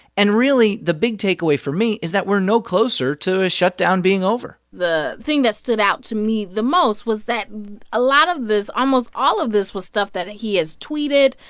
and, really, the big takeaway for me is that we're no closer to a shutdown being over the thing that stood out to me the most was that a lot of this almost all of this was stuff that he has tweeted,